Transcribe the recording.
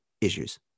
issues